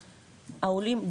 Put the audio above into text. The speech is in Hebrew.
העולים,